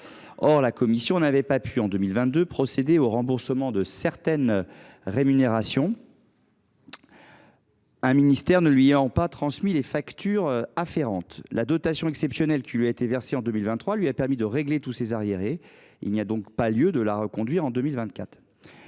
Or la Commission n’avait pas pu procéder en 2022 au remboursement de certaines rémunérations, car un ministère ne lui avait pas transmis les factures afférentes. La dotation exceptionnelle qui lui a été versée en 2023 lui a permis de régler tous ses arriérés. Il n’y a donc pas lieu de la reconduire en 2024.